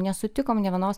nesutikom nė vienos